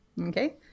Okay